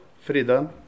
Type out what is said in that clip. Freedom